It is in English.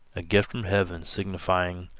a gift from heaven signifying,